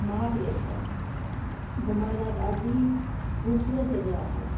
महाबलेश्वर घुमण लाइ ॾाढी ख़ूबसूरत जगह आहे